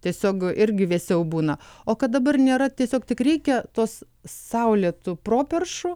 tiesiog irgi vėsiau būna o kad dabar nėra tiesiog tik reikia tos saulėtų properšų